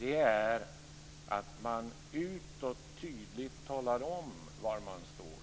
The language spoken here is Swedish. är att man utåt tydligt talar om var man står.